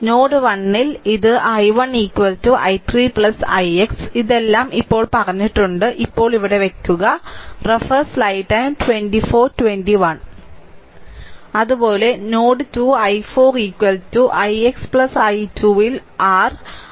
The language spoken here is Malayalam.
നോഡ് 1 ൽ ഇത് i1 i3 ix ഇതെല്ലാം ഇപ്പോൾ പറഞ്ഞിട്ടുണ്ട് ഇപ്പോൾ ഇവിടെ വയ്ക്കുക അതുപോലെ നോഡ് 2 i4 ix i2 ൽ r